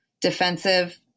defensive